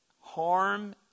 harm